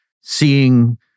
seeing